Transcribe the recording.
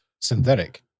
synthetic